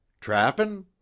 Trappin